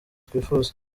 twifuza